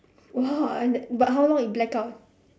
!wah! and then but how long it blacked out